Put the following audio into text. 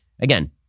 Again